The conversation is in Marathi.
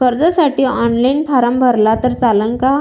कर्जसाठी ऑनलाईन फारम भरला तर चालन का?